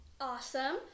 Awesome